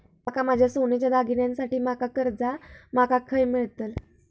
माका माझ्या सोन्याच्या दागिन्यांसाठी माका कर्जा माका खय मेळतल?